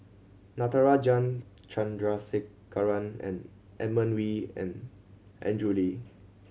Natarajan Chandrasekaran and Edmund Wee and Andrew Lee